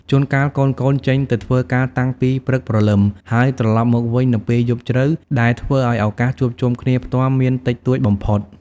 ជួនកាល កូនៗចេញទៅធ្វើការតាំងពីព្រឹកព្រលឹម ហើយត្រឡប់មកវិញនៅពេលយប់ជ្រៅ ដែលធ្វើឲ្យឱកាសជួបជុំគ្នាផ្ទាល់មានតិចតួចបំផុត។